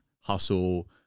hustle